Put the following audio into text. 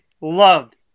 loved